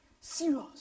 serious